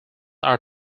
are